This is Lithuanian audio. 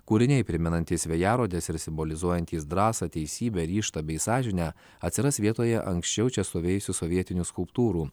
kūriniai primenantys vėjarodes ir simbolizuojantys drąsą teisybę ryžtą bei sąžinę atsiras vietoje anksčiau čia stovėjusių sovietinių skulptūrų